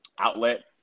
outlet